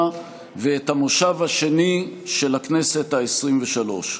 ואת המושב השני של הכנסת העשרים-ושלוש.